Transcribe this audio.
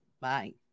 Bye